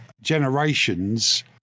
generations